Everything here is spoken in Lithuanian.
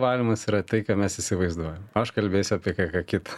valymas yra tai ką mes įsivaizduojam aš kalbėsiu apie kai ką kita